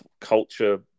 culture